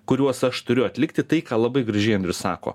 kuriuos aš turiu atlikti tai ką labai gražiai andrius sako